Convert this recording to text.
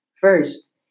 First